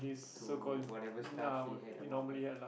to whatever stuff he had about her